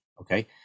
okay